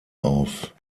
auf